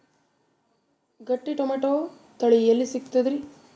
ಗಟ್ಟಿ ಟೊಮೇಟೊ ತಳಿ ಎಲ್ಲಿ ಸಿಗ್ತರಿ?